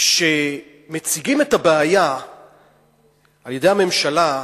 כשמציגים את הבעיה על-ידי הממשלה,